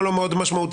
או לא מאוד משמעותיים.